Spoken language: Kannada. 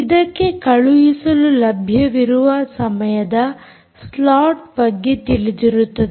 ಇದಕ್ಕೆ ಕಳುಹಿಸಲು ಲಭ್ಯವಿರುವ ಸಮಯದ ಸ್ಲಾಟ್ ಬಗ್ಗೆ ತಿಳಿದಿರುತ್ತದೆ